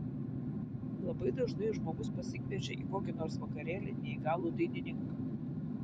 labai dažnai žmogus pasikviečia į kokį nors vakarėlį neįgalų dainininką